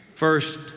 First